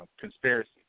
conspiracy